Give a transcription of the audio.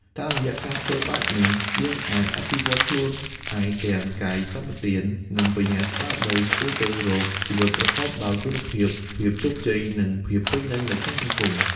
តាមរយៈការធ្វើបែបនេះ យើងអាច អភិវឌ្ឍខ្លួនឯងទាំងកាយសម្បទា និងបញ្ញាស្មារតី ឆ្ពោះទៅរក ជីវិតប្រកបដោយគុណភាព ភាពជោគជ័យ និងភាពពេញលេញ នៅក្នុងសង្គម។